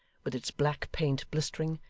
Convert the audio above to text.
with its black paint blistering,